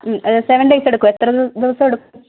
seven days എടുക്കുമോ എത്ര ദി ദിവസം എടുക്കും